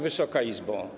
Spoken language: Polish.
Wysoka Izbo!